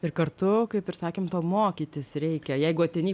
ir kartu kaip ir sakėm to mokytis reikia jeigu ateini